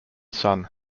son